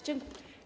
Dziękuję.